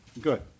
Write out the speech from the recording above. Good